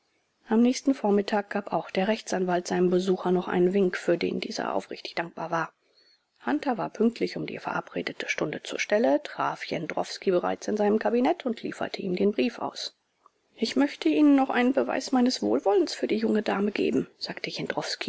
am nächsten vormittag gab auch der rechtsanwalt seinem besucher noch einen wink für den dieser aufrichtig dankbar war hunter war pünktlich um die verabredete stunde zur stelle traf jendrowski bereits in seinem kabinett und lieferte ihm den brief aus ich möchte ihnen noch einen beweis meines wohlwollens für die junge dame geben sagte